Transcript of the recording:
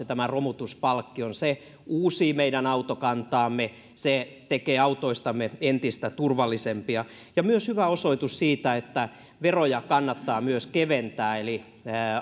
tämän romutuspalkkion se uusii meidän autokantaamme se tekee autoistamme entistä turvallisempia ja on myös hyvä osoitus siitä että veroja kannattaa myös keventää